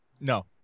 No